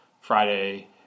Friday